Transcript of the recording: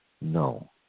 no